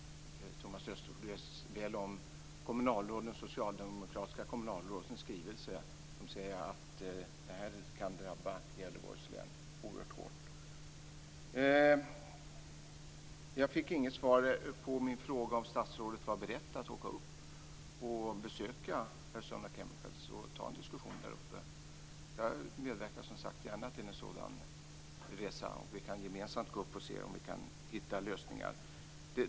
Thomas Östros känner ju väl till att de socialdemokratiska kommunalråden i sin skrivelse säger att det här kan drabba Gävleborgs län oerhört hårt. Jag fick inget svar på min fråga om statsrådet var beredd att åka och besöka Arizona Chemical och ta en diskussion där. Jag medverkar som sagt gärna till en sådan resa. Vi kan gemensamt gå upp till företaget och se om vi kan hitta lösningar.